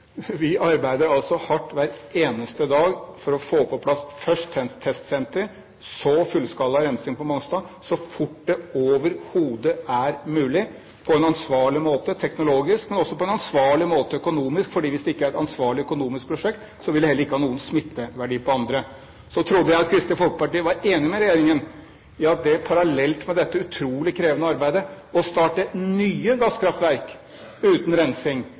Vi arbeider hardt hver eneste dag for å få på plass først et testsenter, så fullskala rensing på Mongstad så fort det overhodet er mulig, på en ansvarlig måte teknologisk, men også på en ansvarlig måte økonomisk. For hvis det ikke er et ansvarlig økonomisk prosjekt, vil det heller ikke ha noen smitteverdi på andre. Så trodde jeg at Kristelig Folkeparti var enig med regjeringen i at det parallelt med dette utrolig krevende arbeidet å starte nye gasskraftverk uten rensing